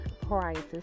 prices